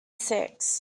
six